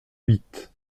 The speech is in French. huit